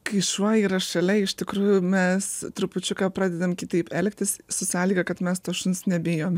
kai šuo yra šalia iš tikrųjų mes trupučiuką pradedam kitaip elgtis su sąlyga kad mes to šuns nebijome